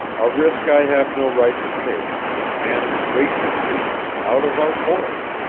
a risk i have no right to take and wasted weeks, out of our course.